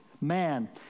man